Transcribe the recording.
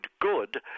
good